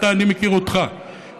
אני מכיר אותך,